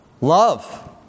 love